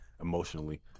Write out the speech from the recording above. emotionally